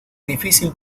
difícil